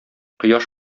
кояш